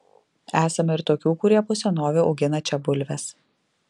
esama ir tokių kurie po senovei augina čia bulves